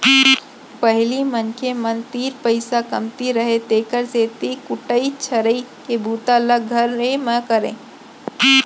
पहिली मनखे मन तीर पइसा कमती रहय तेकर सेती कुटई छरई के बूता ल घरे म करयँ